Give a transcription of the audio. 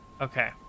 Okay